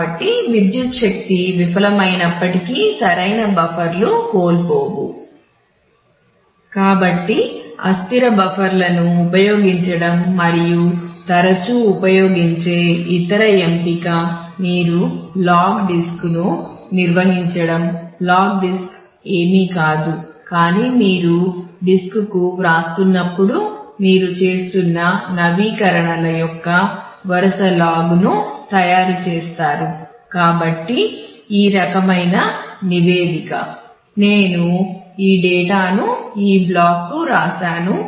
కాబట్టి విద్యుత్తు శక్తి విఫలమైనప్పటికీ సరైన బఫర్కు వ్రాశాను అని చెప్తున్నారు